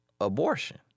abortion